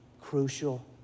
crucial